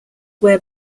where